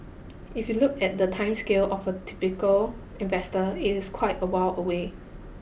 if you look at the time scale of a typical investor it's quite a while away